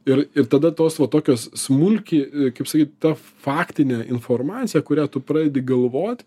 ir ir tada tos va tokios smulki kaip sakyt ta faktinė informacija kurią tu pradedi galvot